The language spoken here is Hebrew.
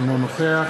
אינו נוכח